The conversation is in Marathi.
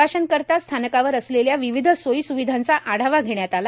वा यांकरता थानकावर असले या व वध सोयी स् वधांचा आढावा घे यात आला